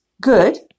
good